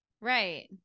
Right